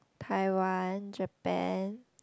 Taiwan Japan